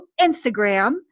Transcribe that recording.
Instagram